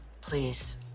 Please